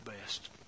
best